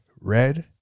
red